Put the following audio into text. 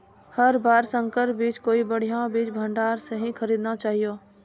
हर बार संकर बीज कोई बढ़िया बीज भंडार स हीं खरीदना चाहियो